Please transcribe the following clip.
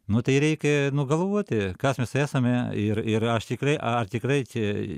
nu tai reikia galvoti kas mes esame ir ir aš tikrai ar tikrai čia